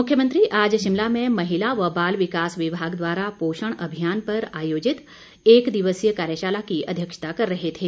मुख्यमंत्री आज शिमला में महिला व बाल विकास विभाग द्वारा पोषण अभियान पर आयोजित एक दिवसीय कार्यशाला की अध्यक्षता कर रहे थे